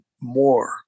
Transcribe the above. more